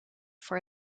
for